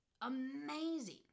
amazing